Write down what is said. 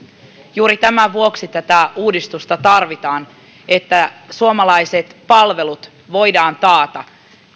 juuri tämän vuoksi tätä uudistusta tarvitaan että suomalaiset palvelut voidaan taata